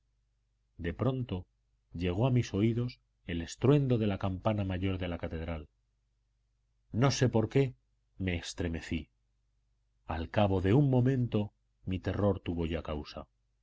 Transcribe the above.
de pronto llegó a mis oídos el estruendo de la campana mayor de la catedral no sé por qué me estremecí al cabo de un momento mi terror tuvo ya causa